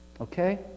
Okay